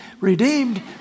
redeemed